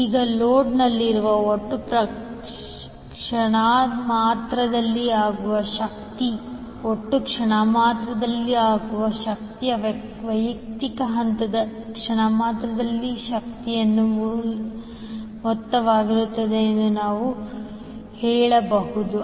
ಈಗ ಲೋಡ್ನಲ್ಲಿರುವ ಒಟ್ಟು ಕ್ಷಣಮಾತ್ರದಲ್ಲಿ ಆಗುವ ಶಕ್ತಿ ಒಟ್ಟು ಕ್ಷಣಮಾತ್ರದಲ್ಲಿ ಆಗುವ ಶಕ್ತಿಯು ವೈಯಕ್ತಿಕ ಹಂತದ ಕ್ಷಣಮಾತ್ರದಲ್ಲಿ ಆಗುವ ಶಕ್ತಿಗಳ ಮೊತ್ತವಾಗಿರುತ್ತದೆ ಎಂದು ನೀವು ಹೇಳಬಹುದು